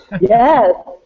Yes